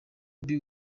bobi